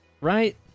Right